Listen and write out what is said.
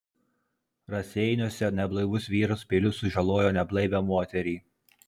raseiniuose neblaivus vyras peiliu sužalojo neblaivią moterį